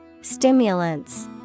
Stimulants